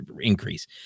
increase